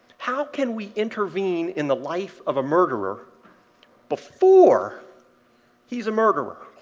how can we intervene in the life of a murderer before he's a murderer?